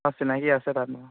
অঁ চিনাকি আছে তাত মোৰ